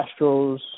Astros